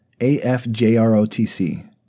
AFJROTC